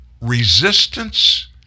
resistance